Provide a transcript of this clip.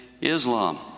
Islam